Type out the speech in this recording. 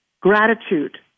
gratitude